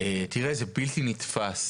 תראה, זה בלתי נתפס